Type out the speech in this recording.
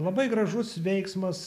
labai gražus veiksmas